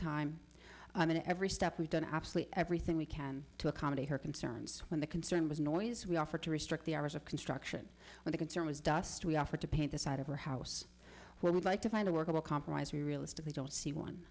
time and every step we've done absolutely everything we can to accommodate her concerns when the concern was noise we offered to restrict the hours of construction when a concern was dust we offered to paint the side of her house where we'd like to find a workable compromise we realistically don't see one